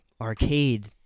arcade